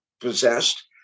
possessed